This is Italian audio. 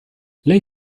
lei